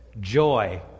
joy